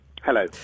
Hello